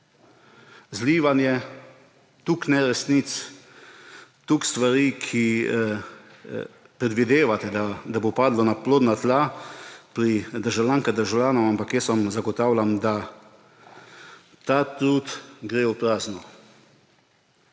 zlivanje toliko neresnic, toliko stvari, za katere predvidevate, da bodo padle na plodna tla pri državljankah in državljanih, ampak jaz vam zagotavljam, da ta trud gre v prazno.